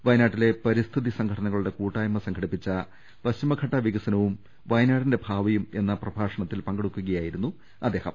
വയ നാട്ടിലെ പരിസ്ഥിതി സംഘടനകളുടെ കൂട്ടായ്മ സംഘടിപ്പിച്ച പശ്ചിമഘട്ട വികസനവും വയനാടിന്റെ ഭാവിയും എന്ന പ്രഭാഷണ ത്തിൽ പങ്കെടുക്കുകയായിരുന്നു അദ്ദേഹം